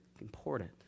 important